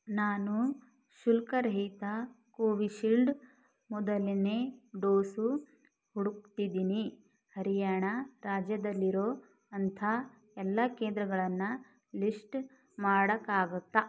ನಾನು ಶುಲ್ಕರಹಿತ ಕೋವಿಶೀಲ್ಡ್ ಮೊದಲನೇ ಡೋಸು ಹುಡುಕ್ತಿದಿನಿ ಹರಿಯಾಣ ರಾಜ್ಯದಲ್ಲಿರೋ ಅಂಥ ಎಲ್ಲ ಕೇಂದ್ರಗಳನ್ನು ಲಿಸ್ಟ್ ಮಾಡೋಕ್ಕಾಗುತ್ತ